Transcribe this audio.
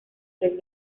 tres